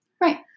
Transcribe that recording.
Right